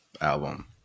album